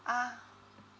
ah